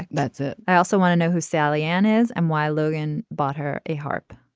that's it. i also want to know who sally ann is and why logan bought her a harp.